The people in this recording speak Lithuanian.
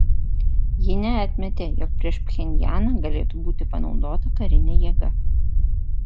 ji neatmetė jog prieš pchenjaną galėtų būti panaudota karinė jėga